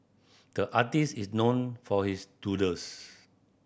the artist is known for his doodles